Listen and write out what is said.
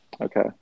Okay